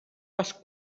les